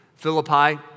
Philippi